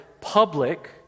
public